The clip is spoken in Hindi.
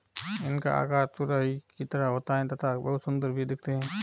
इनका आकार तुरही की तरह होता है तथा बहुत सुंदर भी दिखते है